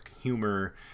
humor